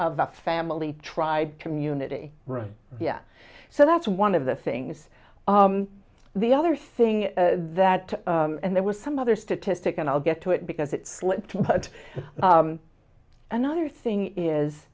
of the family tribe community right yeah so that's one of the things the other thing that and there was some other statistic and i'll get to it because it slipped through but another thing is